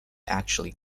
actually